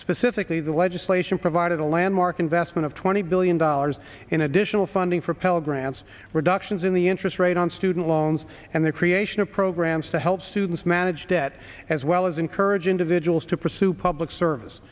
specifically the legislation provided a landmark investment of twenty billion dollars in additional funding for pell grants reductions in the interest rate on student loans and the creation of programs to help students manage debt as well as encourage individuals to pursue public service